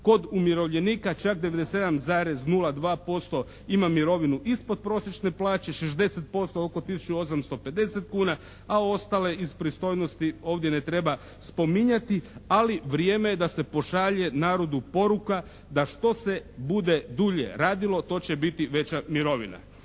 Kod umirovljenika čak 97,02% ima mirovinu ispod prosječne plaće, 60% oko tisuću 850 kuna a ostale iz pristojnosti ovdje ne treba spominjati ali vrijeme je da se pošalje narodu poruka da što se bude dulje radilo to će biti veća mirovina.